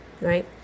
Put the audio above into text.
right